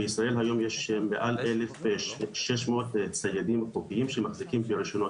בישראל יש היום מעל 1,600 ציידים חוקיים שמחזיקים ברישיונות